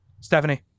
Stephanie